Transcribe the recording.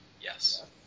yes